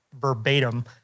verbatim